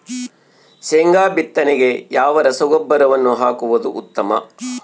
ಶೇಂಗಾ ಬಿತ್ತನೆಗೆ ಯಾವ ರಸಗೊಬ್ಬರವನ್ನು ಹಾಕುವುದು ಉತ್ತಮ?